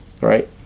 right